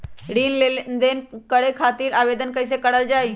ऋण लेनदेन करे खातीर आवेदन कइसे करल जाई?